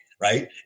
right